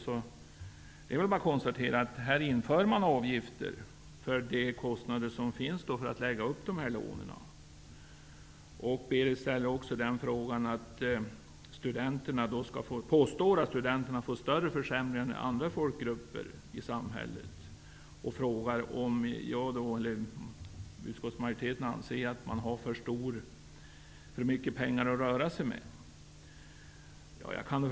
Det är väl bara att konstatera att avgifter införs för de kostnader som uppstår när man lägger upp dessa lån. Berith Eriksson påstår att studentgruppen får större försämringar än andra folkgrupper i samhället och frågar om utskottsmajoriteten anser att studenterna har för mycket pengar att röra sig med.